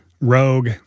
Rogue